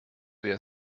wäre